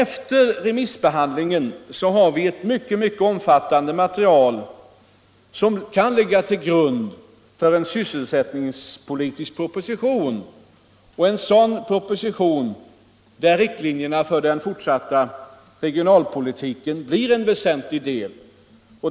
Efter remissbehandlingen har vi ett mycket omfattande material som kan ligga till grund för en sysselsättningspolitisk proposition där riktlinjerna för den fortsatta regionalpolitiken blir en väsentlig del.